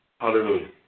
Hallelujah